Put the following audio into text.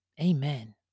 Amen